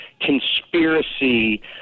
conspiracy